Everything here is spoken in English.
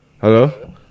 Hello